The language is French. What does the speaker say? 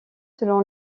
selon